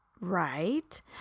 Right